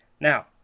Now